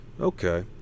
Okay